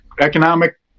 economic